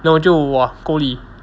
then 我就 !wah! 够力